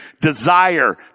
Desire